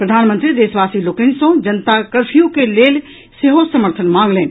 प्रधानमंत्री देशवासी लोकनि सॅ जनता कर्फ्यू के लेल सेहो समर्थन मांगलनि